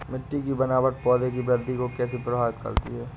मिट्टी की बनावट पौधों की वृद्धि को कैसे प्रभावित करती है?